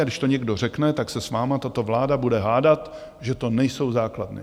A když to někdo řekne, tak se s vámi tato vláda bude hádat, že to nejsou základny.